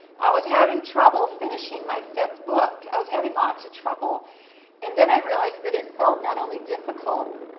i was having trouble finishing my fifth book. i was having lots of trouble and then i realized that it felt not only difficult,